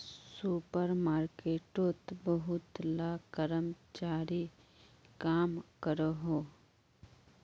super मार्केटोत बहुत ला कर्मचारी काम करोहो